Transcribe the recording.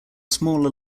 smaller